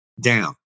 down